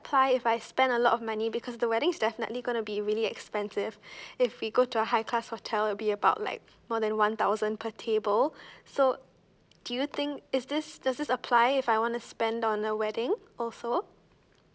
~ply if I spend a lot of money because the weddings is definitely gonna be really expensive if we go to a high class hotel it would be about like more than one thousand per table so do you think is this does this apply if I wanna spend on a wedding also